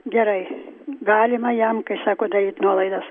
gerai galima jam kai sako daryt nuolaidas